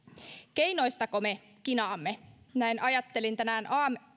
keinoistako me kinaamme näin ajattelin tänään